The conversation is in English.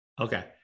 okay